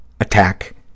attack